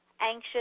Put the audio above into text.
anxious